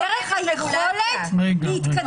דרך היכולת להתקדם.